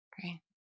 Great